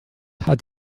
hat